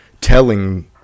telling